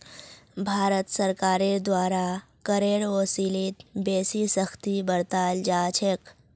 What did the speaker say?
भारत सरकारेर द्वारा करेर वसूलीत बेसी सख्ती बरताल जा छेक